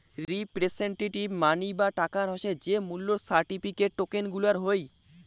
representative money বা টাকা হসে যে মূল্য সার্টিফিকেট, টোকেন গুলার হই